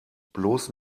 bloß